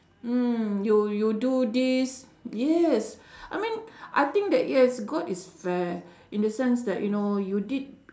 mm you you do this yes I mean I think that yes god is fair in the sense that you know you did